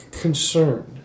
concerned